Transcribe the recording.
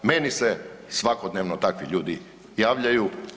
Meni se svakodnevno takvi ljudi javljaju.